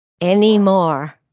anymore